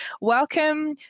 Welcome